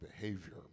behavior